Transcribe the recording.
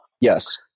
Yes